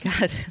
god